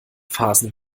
phasen